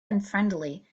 unfriendly